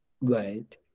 right